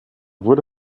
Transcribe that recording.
wurde